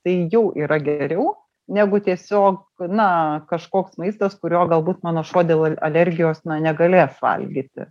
tai jau yra geriau negu tiesiog na kažkoks maistas kurio galbūt mano šuo dėl alergijos negalės valgyti